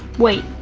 wait,